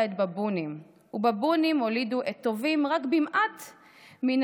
את בבונים / ובבונים הולידו את טובים רק במעט / מן